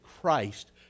Christ